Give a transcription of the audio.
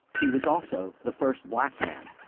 he was also the first black man.